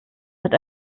mit